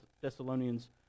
Thessalonians